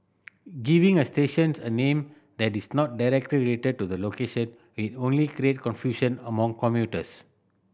giving a stations a name that is not directly related to the location will only create confusion among commuters